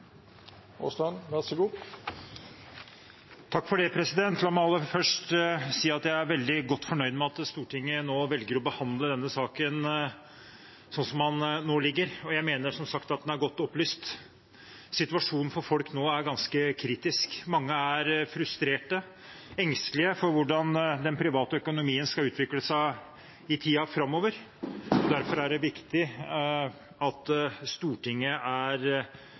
veldig godt fornøyd med at Stortinget velger å behandle denne saken slik den nå foreligger, og jeg mener som sagt at den er godt opplyst. Situasjonen for folk nå er ganske kritisk. Mange er frustrerte og engstelige for hvordan den private økonomien skal utvikle seg i tiden framover. Derfor er det viktig at Stortinget er